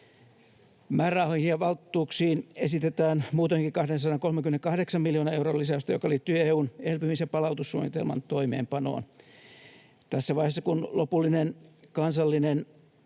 Määrärahoihin ja valtuuksiin esitetään muutoinkin 238 miljoonan euron lisäystä, joka liittyy EU:n elpymisen palautussuunnitelman toimeenpanoon. Tässä vaiheessa, kun lopullinen kansallinen